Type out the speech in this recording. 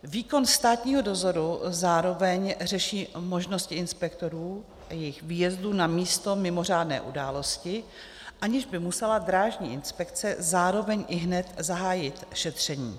Výkon státního dozoru zároveň řeší možnosti inspektorů a jejich výjezdů na místo mimořádné události, aniž by musela Drážní inspekce zároveň ihned zahájit šetření.